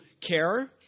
care